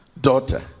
daughter